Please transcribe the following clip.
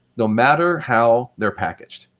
no matter how they're packaged.